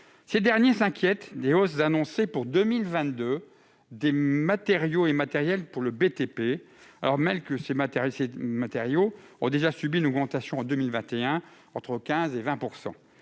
Ces derniers s'inquiètent des hausses annoncées pour 2022 des matériaux et matériels pour le BTP, alors même que ces matériaux ont déjà subi une augmentation de 15 % à 20 % en 2021.